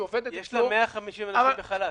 עובדת אצלו --- יש לה 150 עובדים בחל"ת.